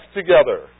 together